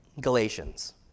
Galatians